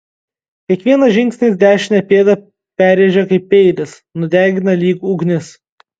kiekvienas žingsnis dešinę pėdą perrėžia kaip peilis nudegina lyg ugnis